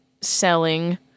selling